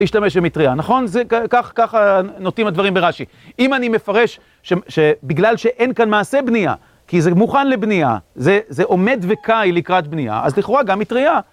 להשתמש במטרייה, נכון? זה ככה נוטים הדברים ברש״י. אם אני מפרש שבגלל שאין כאן מעשה בנייה, כי זה מוכן לבנייה, זה עומד וקאי לקראת בנייה, אז לכאורה גם מטרייה.